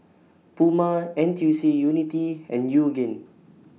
Puma N T U C Unity and Yoogane